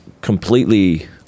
completely